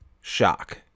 Shock